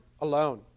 alone